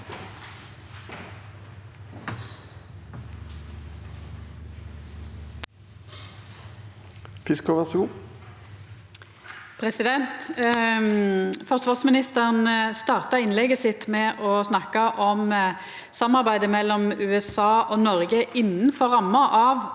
Forsvarsministeren starta innlegget sitt med å snakka om samarbeidet mellom USA og Noreg innanfor ramma av